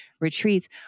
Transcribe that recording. retreats